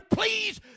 please